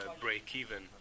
break-even